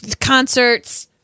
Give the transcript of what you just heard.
Concerts